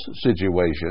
situation